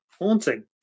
Haunting